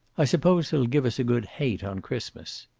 i suppose they'll give us a good hate on christmas.